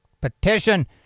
petition